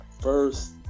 First